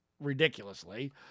ridiculously